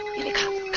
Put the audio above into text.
you were